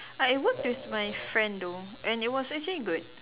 I worked with my friend though and it was actually good